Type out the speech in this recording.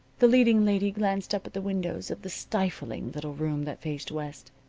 the leading lady glanced up at the windows of the stifling little room that faced west.